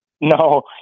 No